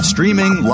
Streaming